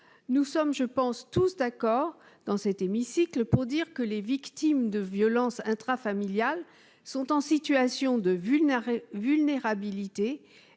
nous sommes tous d'accord, dans cet hémicycle, pour considérer que les victimes de violences intrafamiliales sont en situation de vulnérabilité.